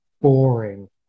boring